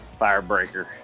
firebreaker